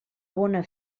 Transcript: bona